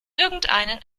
irgendeinen